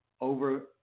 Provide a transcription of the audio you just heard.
over